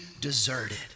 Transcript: deserted